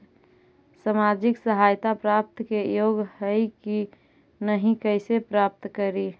सामाजिक सहायता प्राप्त के योग्य हई कि नहीं कैसे पता करी?